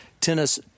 tennis